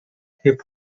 hip